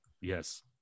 Yes